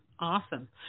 Awesome